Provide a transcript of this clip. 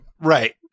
Right